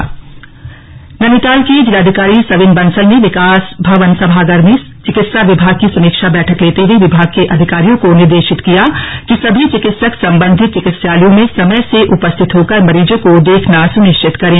चिकित्सालय बैठक नैनीताल के जिलाधिकारी सविन बंसल ने विकास भवन सभागार में चिकित्सा विभाग की समीक्षा बैठक लेते हए विभाग के अधिकारियों को निर्देशित किया कि सभी चिकित्सक सम्बन्धित चिकित्सालयों में समय से उपस्थित होकर मरीजों को देखना सुनिश्चित करें